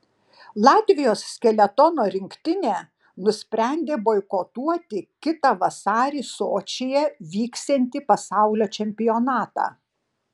latvijos skeletono rinktinė nusprendė boikotuoti kitą vasarį sočyje vyksiantį pasaulio čempionatą